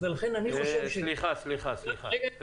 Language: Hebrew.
תדייק.